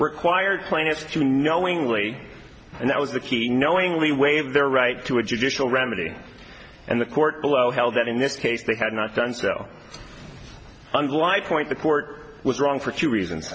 required plaintiffs to knowingly and that was the key knowingly waive their right to a judicial remedy and the court below held that in this case they had not done so unlike point the court was wrong for two reasons